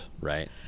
right